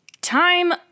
time